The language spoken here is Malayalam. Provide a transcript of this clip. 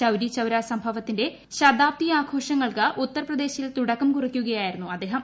ചൌരി ചൌരാ സംഭവത്തിന്റെ ് ശതാബ്ദിയാഘോഷങ്ങൾക്ക് ഉത്തർപ്രദേശിൽ തുടക്കം ക്ടുറിക്കുകയായിരുന്നു അദ്ദേഹം